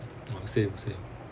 I would say the same